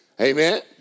Amen